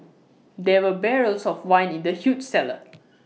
there were barrels of wine in the huge cellar